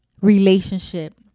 relationship